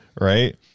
Right